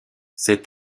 cet